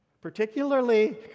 particularly